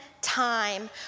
time